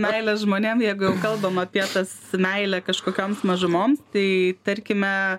meilė žmonėm jeigu jau kalbam apie tas meilę kažkokioms mažumoms tai tarkime